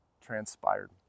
transpired